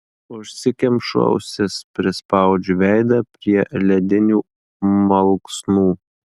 užsikemšu ausis prispaudžiu veidą prie ledinių malksnų